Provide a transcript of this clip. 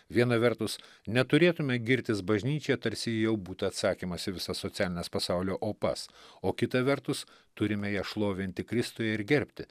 viena vertus neturėtume girtis bažnyčia tarsi ji jau būtų atsakymas į visas socialines pasaulio opas o kita vertus turime ją šlovinti kristuje ir gerbti